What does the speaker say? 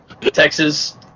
Texas